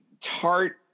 tart